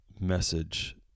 message